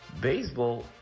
baseball